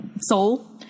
soul